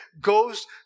goes